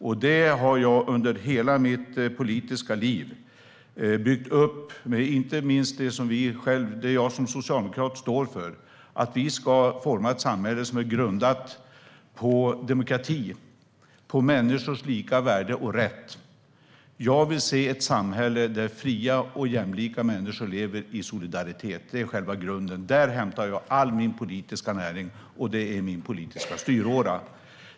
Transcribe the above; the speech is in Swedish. Det jag har byggt upp under hela mitt politiska liv och inte minst det som jag som socialdemokrat står för är att vi ska forma ett samhälle som är grundat på demokrati och på människors lika värde och rätt. Jag vill se ett samhälle där fria och jämlika människor lever i solidaritet. Det är själva grunden. Där hämtar jag all min politiska näring, och det är min politiska styråra.